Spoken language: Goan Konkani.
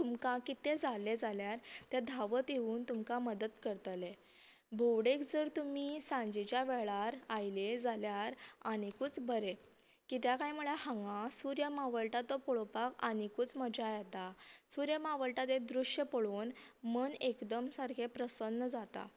तुमकां कितें जालें जाल्यार ते धांवत येवून तुमकां मदत करतले भोंवडेक जर तुमी सांजेच्या वेळार आयले जाल्यार आनिकूच बरें कित्या काय म्हळ्या हांगा सूर्य मावळटा तो पळोपाक आनिकूच मजा येत सूर्य मावळटा तें दृश्य पळोवन मन एकदम सारकें प्रसन्न जाता